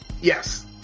Yes